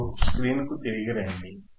ఇప్పుడు స్క్రీన్కు తిరిగి రండి